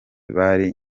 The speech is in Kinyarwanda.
bari